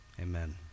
Amen